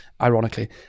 ironically